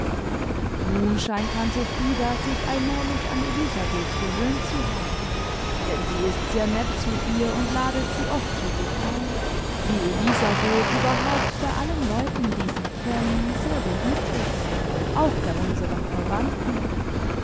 nun scheint tante frieda sich allmählich an elisabeth gewöhnt zu haben denn sie ist sehr nett zu ihr und ladet sie oft zu sich ein wie elisabeth überhaupt bei allen leuten die sie kennen sehr beliebt ist auch bei unseren verwandten